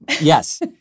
Yes